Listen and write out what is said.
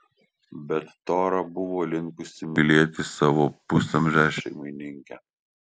bet tora buvo linkusi mylėti savo pusamžę šeimininkę